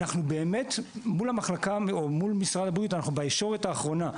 אנחנו באמת מול המחלקה או מול משרד הבריאות בישורת האחרונה.